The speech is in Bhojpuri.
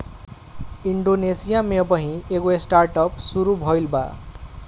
इंडोनेशिया में अबही एगो स्टार्टअप शुरू भईल बा